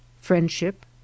FRIENDSHIP